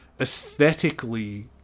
aesthetically